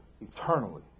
eternally